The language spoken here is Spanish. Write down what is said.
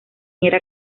era